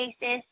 basis